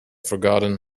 forgotten